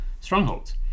strongholds